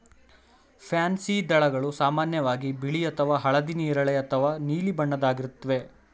pansy ದಳಗಳು ಸಾಮಾನ್ಯವಾಗಿ ಬಿಳಿ ಅಥವಾ ಹಳದಿ ನೇರಳೆ ಅಥವಾ ನೀಲಿ ಬಣ್ಣದ್ದಾಗಿರುತ್ವೆ